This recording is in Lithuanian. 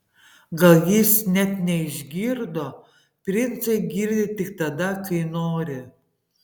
gal jis net neišgirdo princai girdi tik tada kai nori